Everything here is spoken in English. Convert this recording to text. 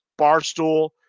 Barstool